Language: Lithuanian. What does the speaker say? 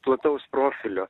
plataus profilio